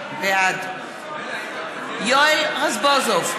בעד יואל רזבוזוב,